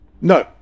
no